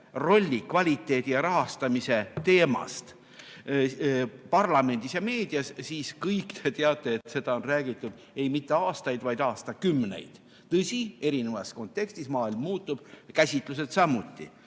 rolli, kvaliteedi ja rahastamise teema [arutelust] parlamendis ja meedias, siis kõik te teate, et sellest on räägitud mitte aastaid, vaid aastakümneid. Tõsi, erinevas kontekstis – maailm muutub, käsitlused samuti.